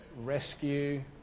rescue